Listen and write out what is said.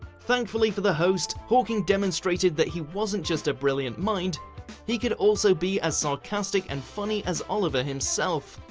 thankfully for the host, hawking demonstrated that he wasn't just a brilliant mind he could also be as sarcastic and funny as oliver himself.